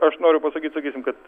aš noriu pasakyt sakysim kad